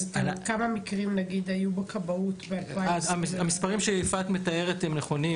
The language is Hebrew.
אז כמה מקרים נגיד היו בכבאות ב --- המספרים שיפעת מתארת הם נכונים,